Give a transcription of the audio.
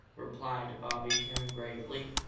replied bobby coon gravely,